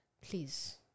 please